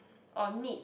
or neat